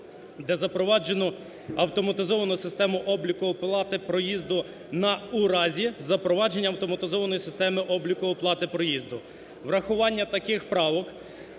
де запроваджено автоматизовану систему обліку плати проїзду на…